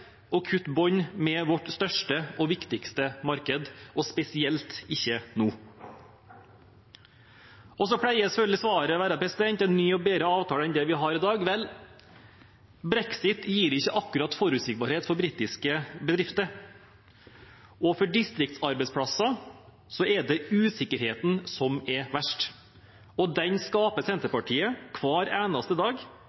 å kutte bånd med vårt største og viktigste marked, og spesielt ikke nå. Så pleier selvfølgelig svaret å være en ny og bedre avtale enn det vi har i dag. Vel, brexit gir ikke akkurat forutsigbarhet for britiske bedrifter, og for distriktsarbeidsplasser er det usikkerheten som er verst. Og den skaper